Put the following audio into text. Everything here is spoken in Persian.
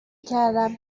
کردم